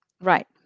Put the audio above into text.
right